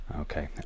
Okay